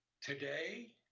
Today